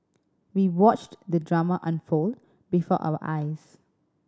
we watched the drama unfold before our eyes